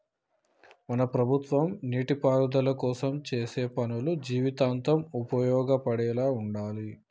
మన ప్రభుత్వం నీటిపారుదల కోసం చేసే పనులు జీవితాంతం ఉపయోగపడేలా ఉండాలి